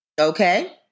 Okay